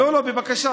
לא, בבקשה.